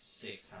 six